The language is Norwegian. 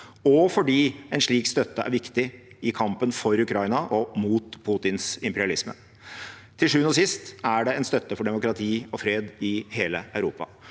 og fordi en slik støtte er viktig i kampen for Ukraina og mot Putins imperialisme. Til sjuende og sist er dette en støtte for demokrati og fred i hele Europa.